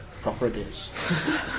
properties